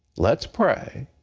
let's pray.